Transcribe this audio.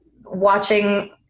watching